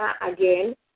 again